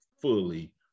fully